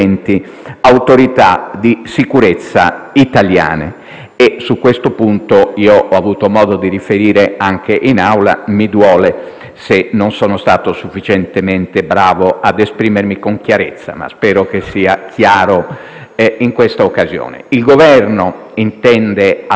Su questo punto ho avuto modo di riferire anche in Aula e mi duole se non sono stato sufficientemente bravo ad esprimermi con chiarezza, ma spero di essere chiaro in quest'occasione. Il Governo intende assicurare la presenza del capo missione a Tripoli nei tempi